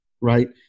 right